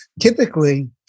typically